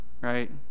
right